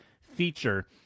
feature